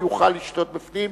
הוא יוכל לשתות בפנים.